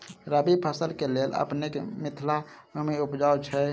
रबी फसल केँ लेल अपनेक मिथिला भूमि उपजाउ छै